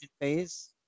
phase